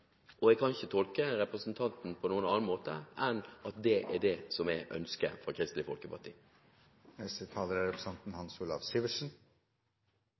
Jeg kan ikke tolke representanten på noen annen måte enn at det er det som er ønsket fra Kristelig Folkeparti. Jeg er